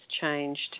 changed